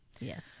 yes